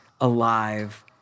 alive